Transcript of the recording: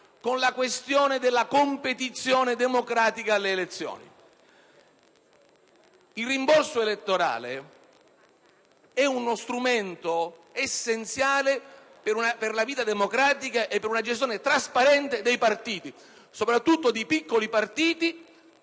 dalla questione della competizione democratica alle elezioni. Il rimborso elettorale è uno strumento essenziale per la vita democratica e per la gestione trasparente dei partiti, soprattutto di quelli piccoli